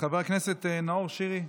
חבר הכנסת נאור שירי,